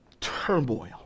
turmoil